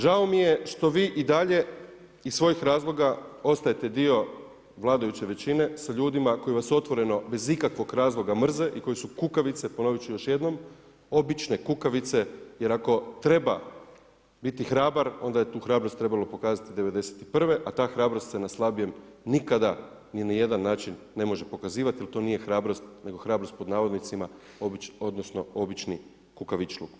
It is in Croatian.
Žao mi je što vi i dalje iz svojih razloga ostajete dio vladajuće većine sa ljudima koji vas otvoreno bez ikakvog razloga mrze i koje su kukavice, ponoviti ću još jednom, obične kukavice jer ako treba biti hrabar, onda je tu hrabrost trebalo pokazati '91. a ta hrabrost se na slabijem nikada ni na jedan način ne može pokazivati jer to nije hrabrost nego hrabrost pod navodnicima, odnosno obični kukavičluk.